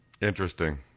Interesting